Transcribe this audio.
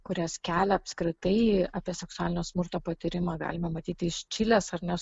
kurias kelia apskritai apie seksualinio smurto patyrimą galima matyti iš čilės ar ne